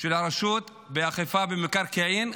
של הרשות לאכיפה במקרקעין,